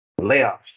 layoffs